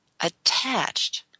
attached